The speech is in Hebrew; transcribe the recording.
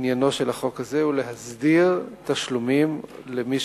עניינו של החוק הזה הוא להסדיר תשלומים למי